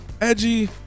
edgy